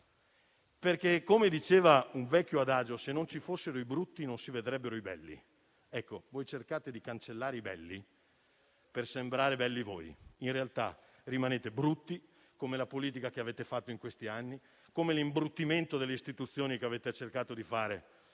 infatti diceva un vecchio adagio, se non ci fossero i brutti, non si vedrebbero i belli. Ecco, voi cercate di cancellare i belli per sembrare belli voi; in realtà rimanete brutti, come la politica che avete fatto in questi anni, come l'imbruttimento delle istituzioni che avete cercato di fare